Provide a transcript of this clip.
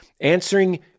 answering